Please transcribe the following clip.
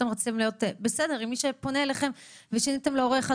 אתם הייתם רוצים להיות בסדר עם מי שפונה אליכם ושיניתם ל"הורה 1",